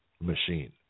machine